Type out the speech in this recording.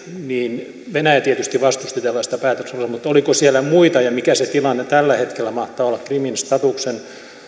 niin venäjä tietysti vastusti tällaista päätöslauselmaa mutta oliko siellä muita ja mikä se tilanne tällä hetkellä mahtaa olla krimin statuksen